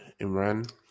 Imran